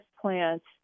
plants